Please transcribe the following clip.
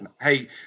hey